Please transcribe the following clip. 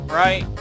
right